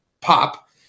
pop